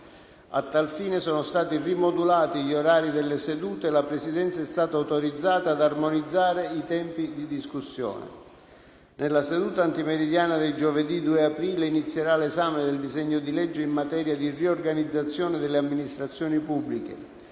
A tal fine, sono stati rimodulati gli orari delle sedute e la Presidenza è stata autorizzata ad armonizzare i tempi di discussione. Nella seduta antimeridiana di giovedì 2 aprile inizierà l'esame del disegno di legge in materia di riorganizzazione delle amministrazioni pubbliche.